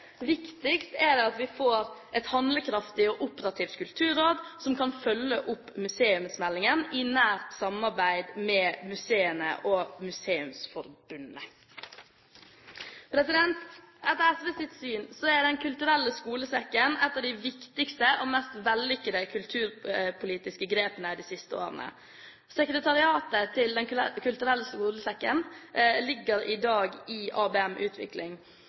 viktigst er det at vi får et handlekraftig og operativt kulturråd, som kan følge opp museumsmeldingen i nært samarbeid med museene og Museumsforbundet. Etter SVs syn er Den kulturelle skolesekken et av de viktigste og mest vellykkede kulturpolitiske grepene de siste årene. Sekretariatet til Den kulturelle skolesekken ligger i dag i